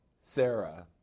Sarah